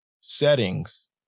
settings